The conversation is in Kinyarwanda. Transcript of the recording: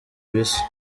bisa